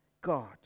God